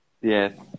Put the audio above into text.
Yes